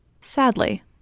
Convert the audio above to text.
Sadly